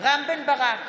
רם בן ברק,